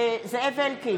זאב אלקין,